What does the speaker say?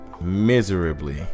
miserably